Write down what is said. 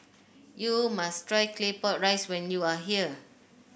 you must try Claypot Rice when you are here